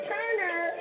Turner